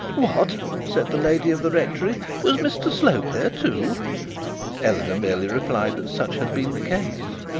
what! said the lady of the rectory, was mr slope there too eleanor merely replied that such had been the case.